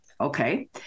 Okay